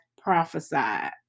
prophesied